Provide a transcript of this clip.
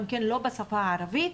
גם לא בשפה הערבית,